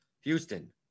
Houston